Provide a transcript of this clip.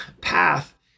path